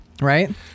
right